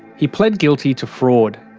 he pled guilty to fraud.